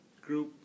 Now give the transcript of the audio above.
group